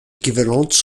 équivalentes